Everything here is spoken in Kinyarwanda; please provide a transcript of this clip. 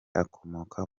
akomoka